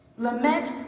Lament